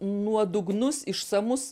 nuodugnus išsamus